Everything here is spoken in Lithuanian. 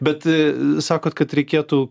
bet sakot kad reikėtų